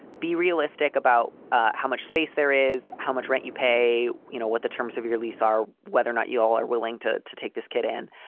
be realistic about ah how much space there is, how much rent you pay, you know, what the terms of your lease are, whether or not you all are willing to to take this kid in.